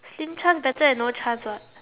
slim chance better than no chance what